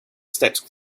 stepped